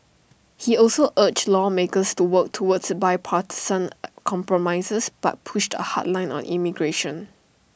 he also urged lawmakers to work toward bipartisan compromises but pushed A hard line on immigration